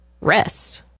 rest